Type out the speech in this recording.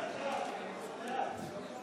לאט-לאט.